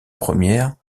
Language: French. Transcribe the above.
première